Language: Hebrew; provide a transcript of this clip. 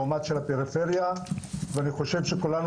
לעומת של הפריפריה ואני חושב שכולנו